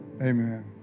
Amen